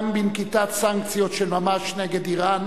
גם בנקיטת סנקציות של ממש נגד אירן,